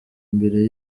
mbere